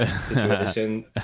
situation